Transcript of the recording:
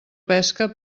pesca